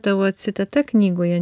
tavo citata knygoje